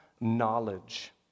knowledge